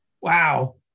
Wow